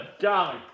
golly